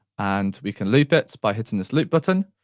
and we can loop it by hitting this loop button,